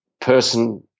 person